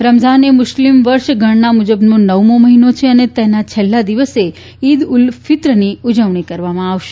રમઝાન એ મુસ્લીમ વર્ષ ગણના મુજબ નવમો મહીનો છે અને તેના છેલ્લા દિવસે ઇદ ઉલ ફીત્રની ઉજવણી કરવામાં આવે છે